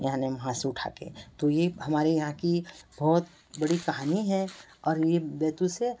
यानी हाथ से उठा कर तो ये हमारे यहाँ की बहुत बड़ी कहानी है और ये बैतूल से